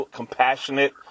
compassionate